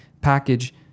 package